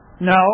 no